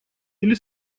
или